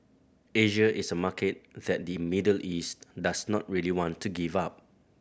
Asia is a market that the Middle East does not really want to give up